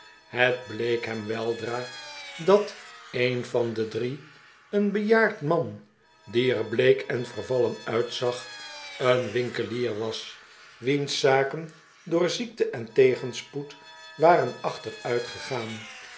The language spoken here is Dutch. het bleek hem weldra dat een van de drie een bejaard man die er bleek en vervallen uitzag een winkelier was wiens zaken door ziekte en tegenspoed waren achteruitgegaan